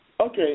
Okay